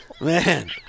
man